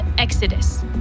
Exodus